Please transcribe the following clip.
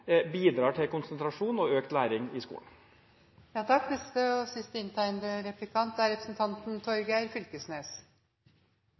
bidrar til konsentrasjon og økt læring i skolen.